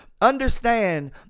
understand